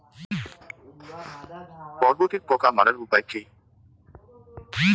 বরবটির পোকা মারার উপায় কি?